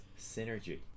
synergy